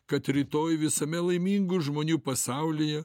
kad rytoj visame laimingų žmonių pasaulyje